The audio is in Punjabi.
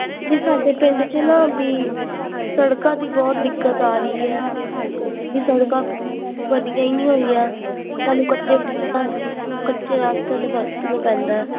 ਬਈ ਸਾਡੇ ਪਿੰਡ 'ਚ ਨਾ ਬਈ ਸੜਕਾਂ ਦੀ ਬਹੁਤ ਦਿੱਕਤ ਆ ਰਹੀ ਹੈ ਬਈ ਸੜਕਾਂ ਬਣੀਆਂ ਹੀ ਨਹੀਂ ਹੋਈਆਂ ਤੁਹਾਨੂੰ ਕੱਚੇ ਕੱਚੇ ਰਸਤਿਆਂ ਪੈਂਦਾ